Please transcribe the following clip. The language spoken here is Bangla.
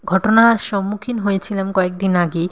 ঘটনার সম্মুখীন হয়েছিলাম কয়েক দিন আগেই